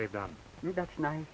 they've done that's ni